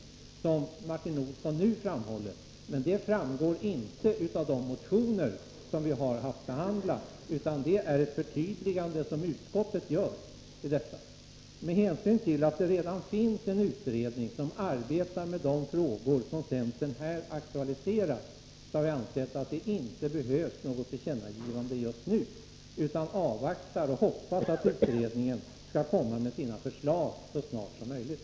Detta framhöll Martin Olsson nu, men det framgår inte av de motioner som har haft att behandla, utan det är ett förtydligande som utskottet gör. Med hänsyn till att det redan finns en utredning som arbetar med de frågor som centern här aktualiserar har utskottet ansett att det inte behövs något tillkännagivande just nu. Vi avvaktar och hoppas att utredningen skall komma med sina förslag så snart som möjligt.